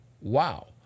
Wow